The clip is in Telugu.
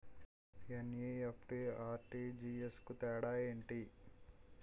ఎన్.ఈ.ఎఫ్.టి, ఆర్.టి.జి.ఎస్ కు తేడా ఏంటి?